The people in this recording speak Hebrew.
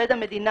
עובד המדינה